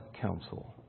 counsel